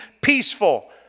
peaceful